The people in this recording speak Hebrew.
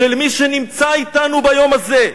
של מי שנמצא אתנו ביום הזה.